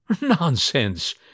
Nonsense